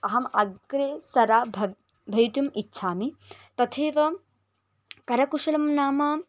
अहम् अग्रेसरा भव भवितुम् इच्छामि तथैव करकुशलं नाम